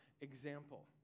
example